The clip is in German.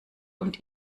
und